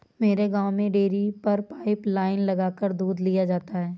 मेरे गांव में डेरी पर पाइप लाइने लगाकर दूध लिया जाता है